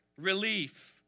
relief